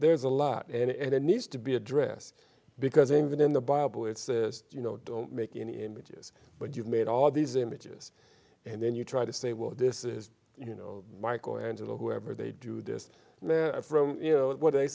there's a lot and it needs to be addressed because even in the bible it's just you know don't make any images but you've made all these images and then you try to say well this is you know michael angelo whoever they do this from you know what i